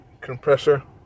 compressor